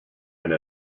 and